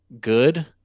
good